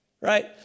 right